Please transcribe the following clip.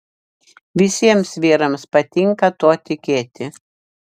visiems vyrams patinka tuo tikėti